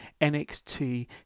NXT